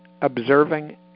observing